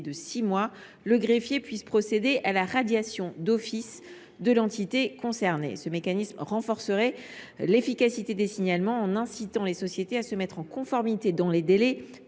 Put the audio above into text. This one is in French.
de six mois, le greffier puisse procéder à sa radiation d’office. Ce mécanisme renforcerait l’efficacité des signalements en incitant les sociétés à se mettre en conformité dans les délais,